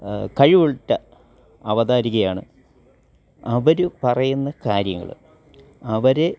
കഴിവുറ്റ അവതാരികയാണ് അവർ പറയുന്ന കാര്യങ്ങൾ അവരെ